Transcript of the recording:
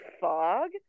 fog